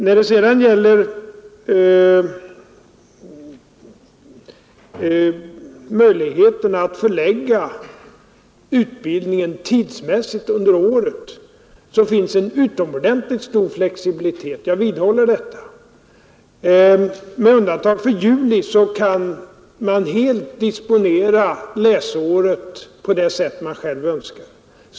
När det sedan gäller möjligheterna att förlägga utbildningen tidsmässigt under året finns det en utomordentligt stor flexibilitet. Jag vidhåller detta. Med undantag för juli kan man helt disponera läsåret på det sätt man själv önskar.